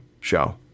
show